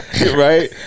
Right